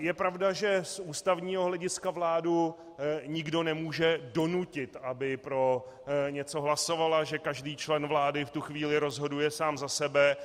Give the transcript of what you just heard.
Je pravda, že z ústavního hlediska vládu nikdo nemůže donutit, aby pro něco hlasovala, že každý člen vlády v tu chvíli rozhoduje sám za sebe.